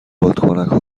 بادکنکا